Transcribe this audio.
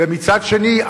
ומצד שני,